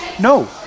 no